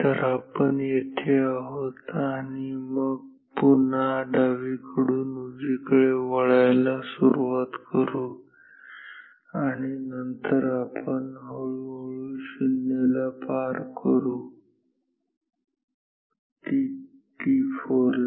तर आपण येथे आहोत आणि मग पुन्हा डावीकडून उजवीकडे वळायला सुरवात करू आणि नंतर आपण हळू हळू 0 ला पार करू t4 ला